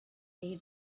day